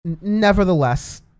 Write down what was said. Nevertheless